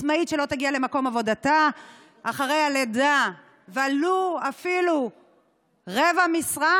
עצמאית שלא תגיע למקום עבודתה אחרי הלידה ולו אפילו רבע משרה,